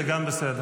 זה גם בסדר.